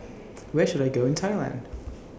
Where should I Go in Thailand